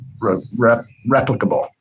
replicable